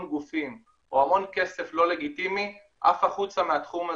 גופים או המון כסף לא לגיטימי עף החוצה מהתחום הזה.